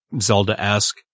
Zelda-esque